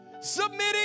submitting